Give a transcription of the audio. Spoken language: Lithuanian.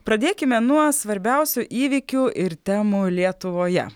pradėkime nuo svarbiausių įvykių ir temų lietuvoje